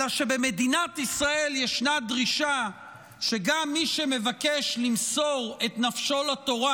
אלא שבמדינת ישראל יש דרישה שגם מי שמבקש למסור את נפשו לתורה